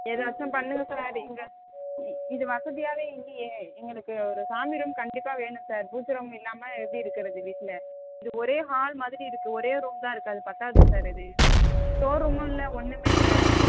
ஏதாச்சும் பண்ணுங்க sir sir இங்கே இது வசதியாகவே இல்லையே எங்களுக்கு ஒரு சாமி ரூம் கண்டிப்பாக வேணும் சார் பூஜை ரூம் இல்லாமல் எப்படி இருக்கிறது வீட்டில் ஒரே ஹால் மாதிரி இருக்குது ஒரே ரூம் தான் இருக்குது அது பற்றாது சார் இது ஸ்டோர் ரூமும் இல்லை ஒன்றுமே இல்லை